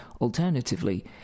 Alternatively